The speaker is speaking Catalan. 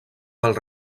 del